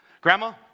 Grandma